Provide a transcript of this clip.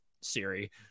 Siri